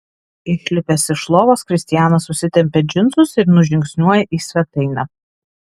išlipęs iš lovos kristianas užsitempia džinsus ir nužingsniuoja į svetainę